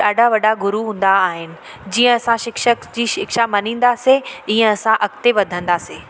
ॾाढा वॾा गुरू हूंदा आहिनि जीअं असां शिक्षक जीअं शिक्षा मञींदासीं तीअं असां अॻिते वधंदासीं